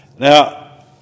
Now